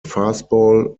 fastball